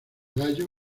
gallos